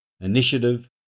initiative